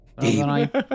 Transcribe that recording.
Deep